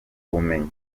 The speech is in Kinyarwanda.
bumenyi